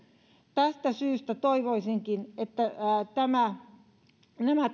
tästä syystä toivoisinkin että nämä